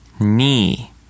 Knee